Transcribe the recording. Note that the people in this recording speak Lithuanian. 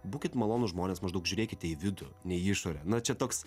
būkit malonūs žmonės maždaug žiūrėkite į vidų ne į išorę na čia toks